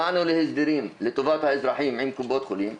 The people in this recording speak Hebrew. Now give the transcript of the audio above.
הגענו להסדרים לטובת האזרחים עם קופות חולים,